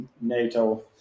NATO